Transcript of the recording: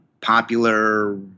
popular